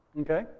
Okay